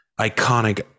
iconic